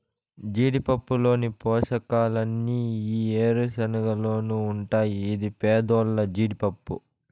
జీడిపప్పులోని పోషకాలన్నీ ఈ ఏరుశనగలోనూ ఉంటాయి ఇది పేదోల్ల జీడిపప్పు